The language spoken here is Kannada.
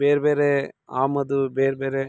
ಬೇರೆ ಬೇರೆ ಆಮದು ಬೇರೆ ಬೇರೆ